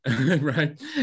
right